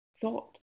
thought